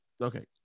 okay